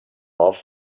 off